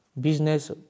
business